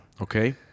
okay